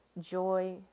joy